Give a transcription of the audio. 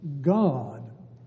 God